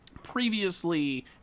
previously